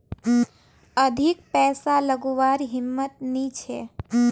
अधिक पैसा लागवार हिम्मत नी छे